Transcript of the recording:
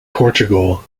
portugal